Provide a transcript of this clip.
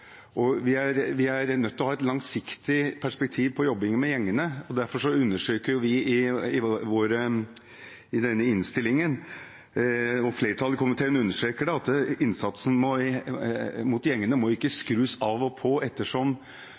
Vi er nødt til å ha et langsiktig perspektiv på jobbing med gjengene. Derfor understreker flertallet i komiteen i innstillingen at innsatsen mot gjengene ikke må skrus opp og ned avhengig av om noen dømmes og noen tas, for miljøene er mye bredere enn det